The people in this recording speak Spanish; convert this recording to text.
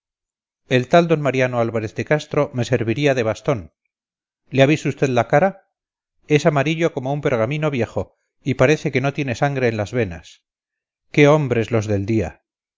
el tal d mariano álvarez de castro me serviría de bastón le ha visto usted la cara es amarillo como un pergamino viejo y parece que no tiene sangre en las venas qué hombres los del día